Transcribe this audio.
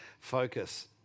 focus